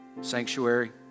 sanctuary